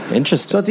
interesting